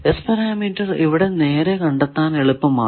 S parameter ഇവിടെ നേരെ കണ്ടെത്താൻ എളുപ്പമാണ്